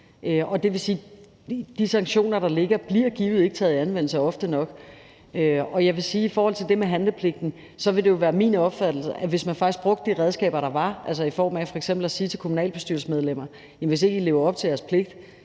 det vil sige, at de sanktioner, der ligger, givetvis ikke bliver taget i anvendelse ofte nok. Og jeg vil sige i forhold til det med handlepligten, at det jo vil være min opfattelse, at hvis man faktisk brugte de redskaber, der er – f.eks. i form af at sige til kommunalbestyrelsesmedlemmer: Jamen hvis ikke I lever op til jeres